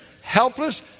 helpless